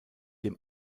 dem